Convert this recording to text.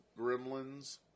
gremlins